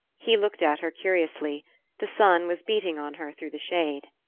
he looked at her curiously the sun was beating on her through the shade.